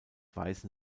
weißen